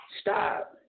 Stop